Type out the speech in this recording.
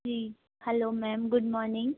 ji hello ma'am good morning